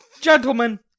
gentlemen